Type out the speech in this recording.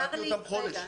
שמעתי אותם חודש.